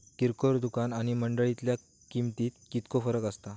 किरकोळ दुकाना आणि मंडळीतल्या किमतीत कितको फरक असता?